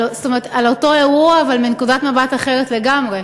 על אותו אירוע, אבל מנקודת מבט אחרת לגמרי.